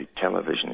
television